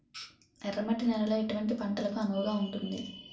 ఎర్ర మట్టి నేలలో ఎటువంటి పంటలకు అనువుగా ఉంటుంది?